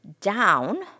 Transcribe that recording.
down